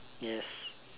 yes